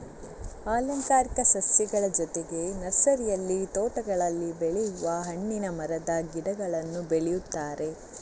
ಅಲಂಕಾರಿಕ ಸಸ್ಯಗಳ ಜೊತೆಗೆ ನರ್ಸರಿಯಲ್ಲಿ ತೋಟಗಳಲ್ಲಿ ಬೆಳೆಯುವ ಹಣ್ಣಿನ ಮರದ ಗಿಡಗಳನ್ನೂ ಬೆಳೆಯುತ್ತಾರೆ